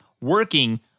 working